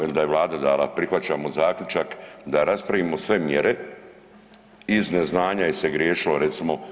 Jer da je Vlada dala prihvaćamo zaključak da raspravimo sve mjere iz neznanja se griješilo recimo.